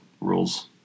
rules